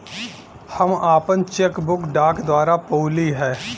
हम आपन cheque book डाक द्वारा पउली है